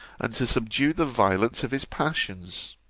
and to subdue the violence of his passions.